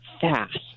fast